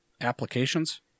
applications